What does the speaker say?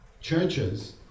churches